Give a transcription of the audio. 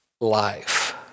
life